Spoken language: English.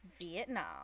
Vietnam